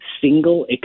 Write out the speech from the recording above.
single